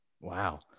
Wow